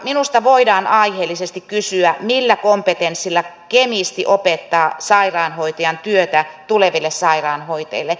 minusta voidaan aiheellisesti kysyä millä kompetenssilla kemisti opettaa sairaanhoitajan työtä tuleville sairaanhoitajille